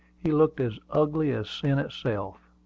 he looked as ugly as sin itself.